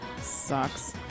Sucks